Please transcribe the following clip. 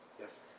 Yes